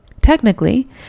Technically